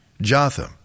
Jotham